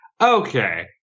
Okay